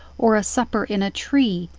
or a supper in a tree,